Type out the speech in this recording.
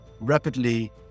rapidly